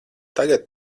tagad